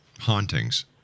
hauntings